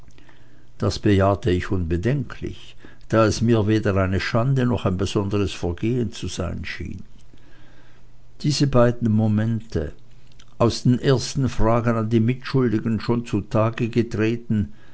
das bejahte ich unbedenklich da es mir weder eine schande noch ein besonderes vergehen zu sein schien diese beiden momente aus den ersten fragen an die mitschuldigen schon zutage getreten